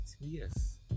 Yes